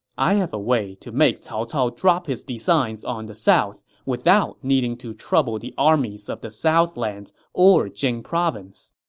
i have a way to make cao cao drop his designs on the south without needing to trouble the armies of the southlands or jing province.